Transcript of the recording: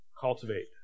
cultivate